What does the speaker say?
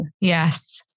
Yes